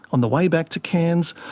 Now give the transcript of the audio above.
on the way back to cairns,